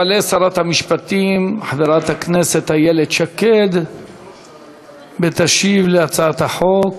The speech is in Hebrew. תעלה שרת המשפטים חברת הכנסת איילת שקד ותשיב על הצעת החוק.